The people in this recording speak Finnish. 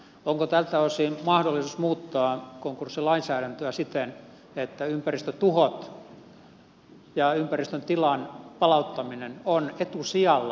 onko tältä osin mahdollisuus muuttaa konkurssilainsäädäntöä siten että ympäristötuhot ja ympäristön tilan palauttaminen ovat etusijalla tällaisessa tilanteessa